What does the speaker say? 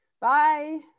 Bye